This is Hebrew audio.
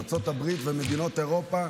ארצות הברית ומדינות אירופה,